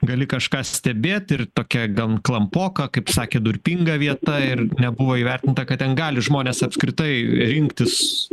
gali kažką stebėt ir tokia gan klampoka kaip sakė durpinga vieta ir nebuvo įvertinta kad ten gali žmonės apskritai rinktis